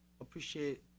appreciate